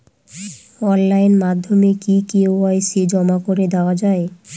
Online মাধ্যমে কি KYC জমা করে দেওয়া য়ায়?